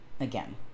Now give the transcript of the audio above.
again